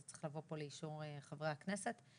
זה צריך לבוא לאישור חברי הכנסת.